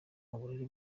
uburere